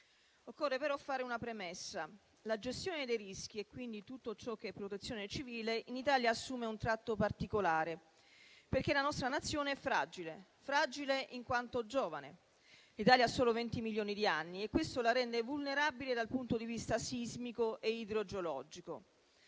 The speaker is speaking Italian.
Occorre però premettere che la gestione dei rischi, quindi tutto ciò che è Prenotazione civile, in Italia assume un tratto particolare, perché il nostro territorio è fragile in quanto giovane: l'Italia ha solo venti milioni di anni e ciò la rende vulnerabile dal punto di vista sismico e idrogeologico.